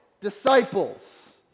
disciples